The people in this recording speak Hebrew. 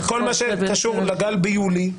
בכל מה שקשור לגל ביולי,